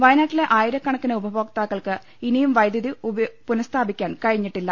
വയനാട്ടിലെ ആയിരക്കണക്കിന് ഉപഭോക്താക്കൾക്ക് ഇനിയും വൈദ്യുതി പുനഃസ്ഥാപിക്കാൻ കഴിഞ്ഞിട്ടില്ല